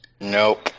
Nope